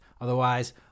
otherwise